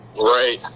right